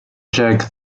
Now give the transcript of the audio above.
jerk